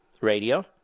Radio